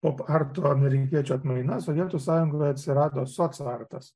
pop arto amerikiečių atmaina sovietų sąjungoje atsirado socartas